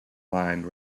line